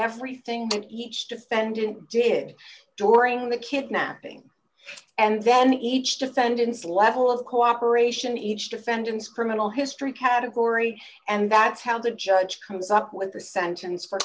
everything and each defendant did during the kidnapping and then each defendant's level of cooperation each defendant's criminal history category and that's how the judge comes up with a sentence for